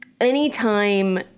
Anytime